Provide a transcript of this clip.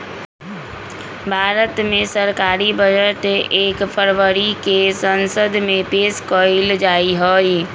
भारत मे सरकारी बजट एक फरवरी के संसद मे पेश कइल जाहई